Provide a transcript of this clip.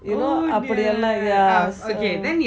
you know அப்பிடி எல்லாம்:apidi yellam yeah